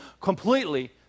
completely